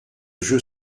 jeu